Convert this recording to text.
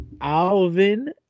Alvin